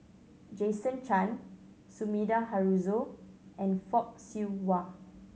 Jason Chan Sumida Haruzo and Fock Siew Wah